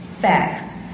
Facts